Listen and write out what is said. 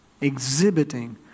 exhibiting